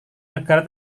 negara